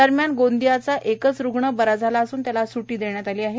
दरम्यान गोंदियाचा रुग्ण बरा झाला असून त्याला स्टी देण्यात आली आहे